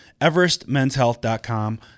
EverestMensHealth.com